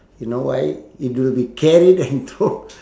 you know why you know they carried and throw